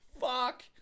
Fuck